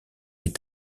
est